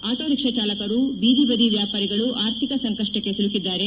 autorickshaw ಚಾಲಕರು ಬೀದಿ ಬದಿ ವ್ಯಾಪಾರಿಗಳು ಆರ್ಥಿಕ ಸಂಕಷ್ವಕ್ಕೆ ಸಿಲುಕಿದ್ದಾರೆ